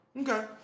Okay